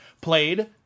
played